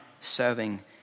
serving